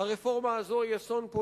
הרפורמה הזו היא אסון סביבתי.